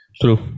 true